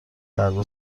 درب